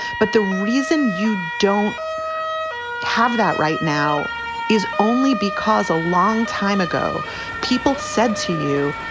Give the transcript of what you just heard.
but the reason you don't have that right now is only because a long time ago people said to you,